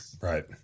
Right